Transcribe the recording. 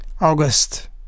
August